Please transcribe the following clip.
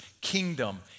kingdom